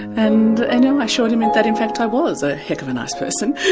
and and i assured him that that in fact i was a heck of a nice person